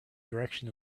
direction